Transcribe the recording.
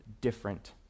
different